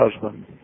husband